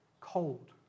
cold